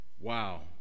Wow